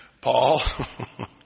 Paul